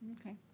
Okay